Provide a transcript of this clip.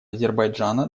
азербайджана